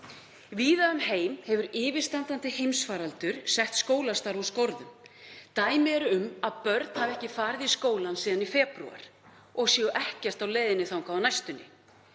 Víða um heim hefur yfirstandandi heimsfaraldur sett skólastarf úr skorðum. Dæmi eru um að börn hafi ekki farið í skólann síðan í febrúar og séu ekkert á leiðinni þangað á næstunni.